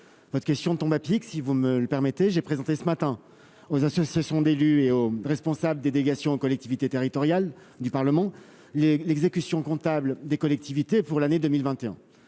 votre question tombe à pic, si vous me le permettez, j'ai présenté ce matin aux associations d'élus et hauts responsables des délégations aux collectivités territoriales du Parlement les l'exécutions comptables des collectivités pour l'année 2021